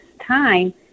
time